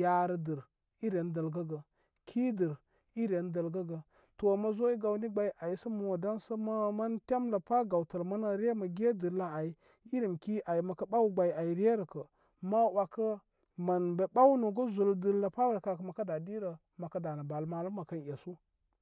yaarə dɨr i ren dəlgəgə' kii dɨr i rer dəlgəgə. To mo zo gawni gbay ai sə ma dan sə mo man temlə pa, gawtəl manə ryə mə ge dɨr lə ai, irim ki ay mə kə ɓaw gbay ai ryə rə kə, ma wakən mən be ɓawnugə' zul ɨrlə pa kə mə kə daa' di rən məkə danə' bal mal bə mə kən esu.